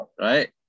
right